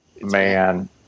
Man